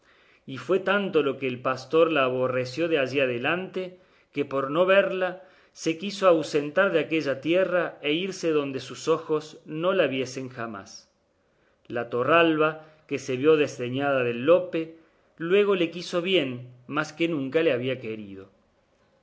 y fue tanto lo que el pastor la aborreció de allí adelante que por no verla se quiso ausentar de aquella tierra e irse donde sus ojos no la viesen jamás la torralba que se vio desdeñada del lope luego le quiso bien mas que nunca le había querido